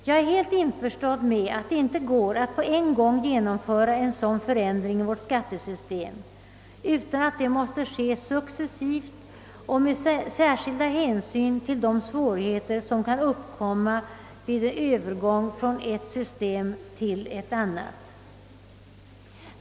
Jag är helt införstådd med att det inte går att på en gång genomföra en sådan förändring i vårt skattesystem, utan att det måste ske successivt och med särskilda hänsyn till de svårigheter som kan uppkomma vid en övergång från ett system till ett annat.